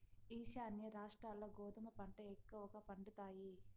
ఈశాన్య రాష్ట్రాల్ల గోధుమ పంట ఎక్కువగా పండుతాయి